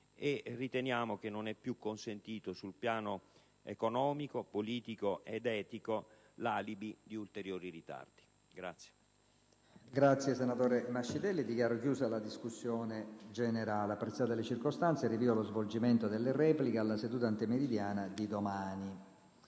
e riteniamo che non sia più consentito sul piano economico, politico ed etico l'alibi di ulteriori ritardi